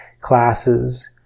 classes